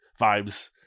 vibes